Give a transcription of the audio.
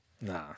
Nah